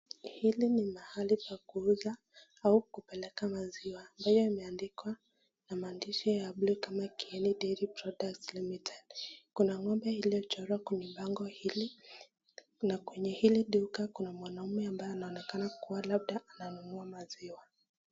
Hili ni malai pa kuuza au kupeleka maziwa ambayo imeadikwa na maadishi ya buluu kama kieni dairy prroducts limited kuna ngombe iliyochorwa kwenye bango hili, na kwenye hili duka kuna mwanaume ambaye anaonekana labda ananunua maziwa.